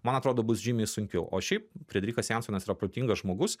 man atrodo bus žymiai sunkiau o šiaip frederikas jansonas yra protingas žmogus